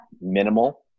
minimal